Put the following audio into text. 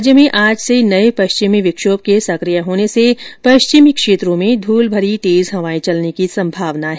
राज्य में आज से नये पश्चिमी विक्षोभ के संक्रिय होने से पश्चिमी क्षेत्रों में धूलभरी तेज हवाएं चलने की संभावना है